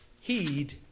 heed